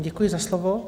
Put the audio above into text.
Děkuji za slovo.